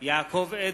וירקות.